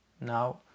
Now